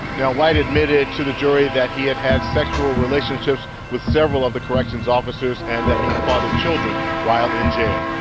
yeah white admitted to the jury that he had had sexual relationships with several of the corrections officers and that he had fathered children while in jail.